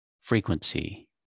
frequency